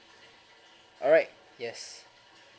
alright yes